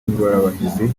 ingorabahizi